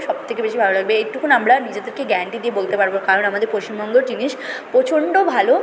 সব থেকে বেশি ভালো লাগবে এইটুকু আমরা নিজেদেরকে গ্যারেন্টি দিয়ে বলতে পারবো কারণ আমাদের পশ্চিমবঙ্গর জিনিস প্রচন্ড ভালো